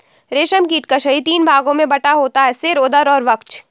रेशम कीट का शरीर तीन भागों में बटा होता है सिर, उदर और वक्ष